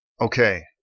Okay